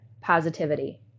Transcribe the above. positivity